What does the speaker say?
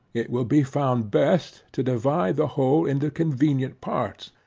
it will be found best to divide the whole into convenient parts,